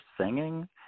singing